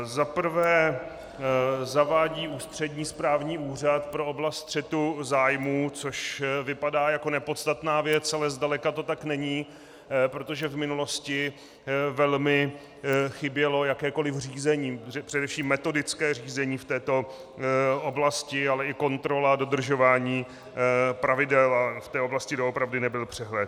Za prvé zavádí ústřední správní úřad pro oblast střetu zájmů, což vypadá jako nepodstatná věc, ale zdaleka to tak není, protože v minulosti velmi chybělo jakékoliv řízení, především metodické řízení v této oblasti, ale i kontrola dodržování pravidel, a v té oblasti doopravdy nebyl přehled.